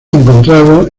encontrado